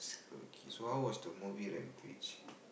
okay so how was the movie Rampage